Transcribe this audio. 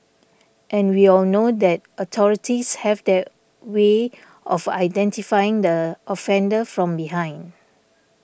and we all know that authorities have their way of identifying the offender from behind